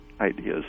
ideas